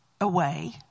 away